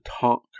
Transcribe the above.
talk